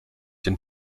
den